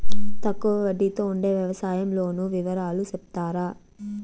తక్కువ వడ్డీ తో ఉండే వ్యవసాయం లోను వివరాలు సెప్తారా?